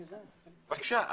בבקשה,